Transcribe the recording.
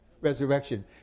resurrection